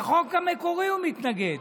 לחוק המקורי הוא מתנגד.